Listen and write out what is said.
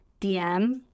DM